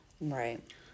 Right